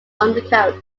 undercoat